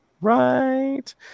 Right